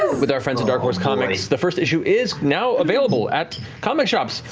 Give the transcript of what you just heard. with our friends at dark horse comics. the first issue is now available at comic shops,